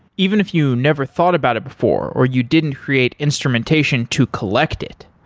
even if you never thought about it before or you didn't create instrumentation to collect it,